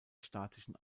statischen